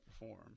perform